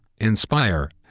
inspire